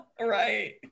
right